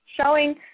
showing